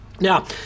Now